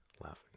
Laughing